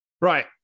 right